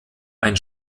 ein